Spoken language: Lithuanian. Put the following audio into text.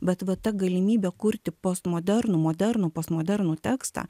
bet va ta galimybė kurti postmodernų modernų postmodernų tekstą